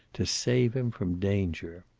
to save him from danger.